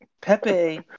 Pepe